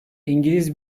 i̇ngiliz